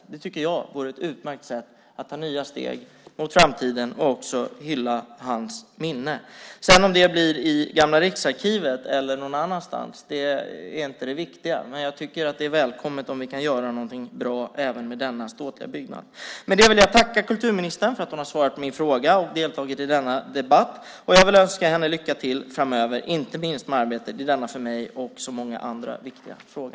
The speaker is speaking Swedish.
Det tycker jag vore ett utmärkt sätt att ta nya steg mot framtiden och också hylla hans minne. Om det sedan blir i Gamla riksarkivet eller någon annanstans är inte det viktiga, men jag tycker att det vore välkommet om vi kunde göra något bra även med denna ståtliga byggnad. Med det vill jag tacka kulturministern för att hon har svarat på min fråga och deltagit i denna debatt. Jag vill önska henne lycka till framöver, inte minst med arbetet i denna för mig och många andra så viktiga fråga.